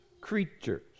creatures